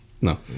No